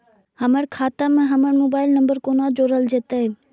हमर खाता मे हमर मोबाइल नम्बर कोना जोरल जेतै?